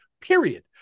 period